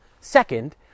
Second